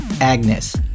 Agnes